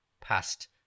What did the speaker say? past